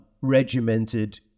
regimented